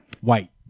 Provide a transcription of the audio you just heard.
White